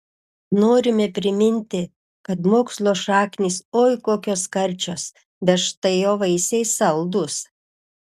norime priminti kad mokslo šaknys oi kokios karčios bet štai jo vaisiai saldūs